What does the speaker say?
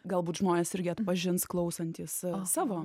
galbūt žmonės irgi atpažins klausantys savo